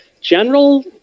General